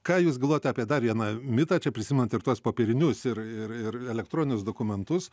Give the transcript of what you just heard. ką jūs galvojate apie dar vieną mitą čia prisimenate tuos popierinius ir ir ir elektroninius dokumentus